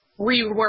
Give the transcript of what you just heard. rework